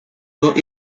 long